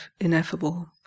ineffable